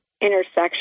intersection